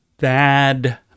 bad